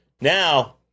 Now